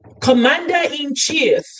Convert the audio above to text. commander-in-chief